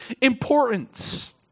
importance